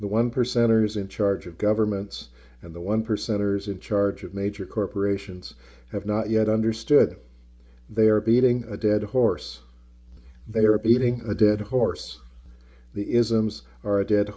the one percenters in charge of governments and the one percenters in charge of major corporations have not yet understood they are beating a dead horse they are beating a dead horse the isms are a dead